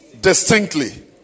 distinctly